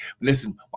Listen